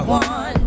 one